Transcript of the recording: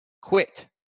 quit